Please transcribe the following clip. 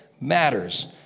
matters